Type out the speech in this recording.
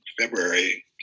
February